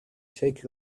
take